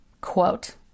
quote